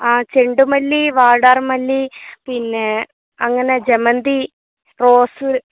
ആ ചെണ്ടുമല്ലി വാടാർമല്ലി പിന്നെ അങ്ങനെ ജമന്തി റോസ്